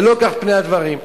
ולא כך פני הדברים.